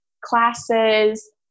classes